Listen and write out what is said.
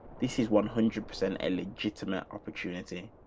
this is one hundred percent illegitimate opportunity.